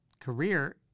career